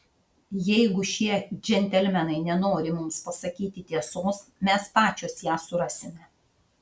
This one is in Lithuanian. jeigu šie džentelmenai nenori mums pasakyti tiesos mes pačios ją surasime